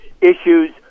issues